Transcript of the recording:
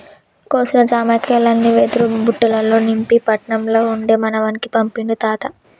కోసిన జామకాయల్ని వెదురు బుట్టలల్ల నింపి పట్నం ల ఉండే మనవనికి పంపిండు తాత